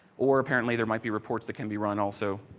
or apparently there might be reports that can be run also,